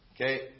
Okay